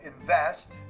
invest